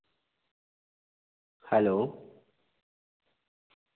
hello